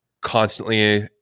constantly